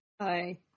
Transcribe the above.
Hi